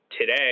today